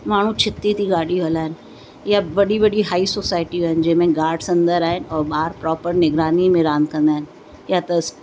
माण्हू छिती थी गाॾी हलाइनि या वॾी वॾी हाई सोसाइटियूं आहिनि जंहिंमें गाड्स अंदरि आहिनि और ॿार प्रोपर निगरानी में रांदि कंदा आहिनि या त